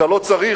אתה לא צריך,